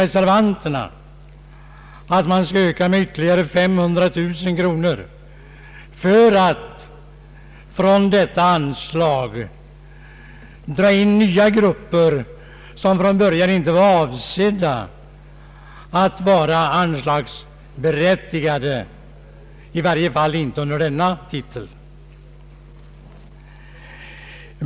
Reservanterna vill att anslaget skall uppräknas med ytterligare 500 000 kronor för att även nya grupper, som från början inte var avsedda att vara anslagsberättigade, i varje fall inte under denna titel, skulle kunna erhålla medel ur förevarande anslag.